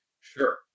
Sure